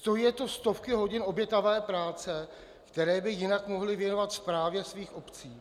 Stojí je to stovky hodin obětavé práce, které by jinak mohli věnovat správě svých obcí.